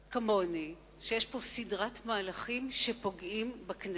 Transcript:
כמוני, שיש פה סדרת מהלכים שפוגעים בכנסת.